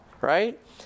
Right